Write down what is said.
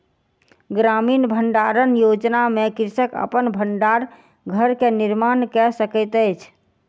ग्रामीण भण्डारण योजना में कृषक अपन भण्डार घर के निर्माण कय सकैत अछि